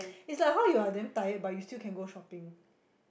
it's like how you're damn tired but you still can go shopping